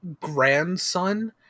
grandson